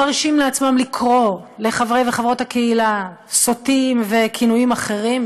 מרשים לעצמם לקרוא לחברי וחברות הקהילה "סוטים" וכינויים אחרים,